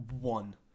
One